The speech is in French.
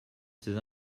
ses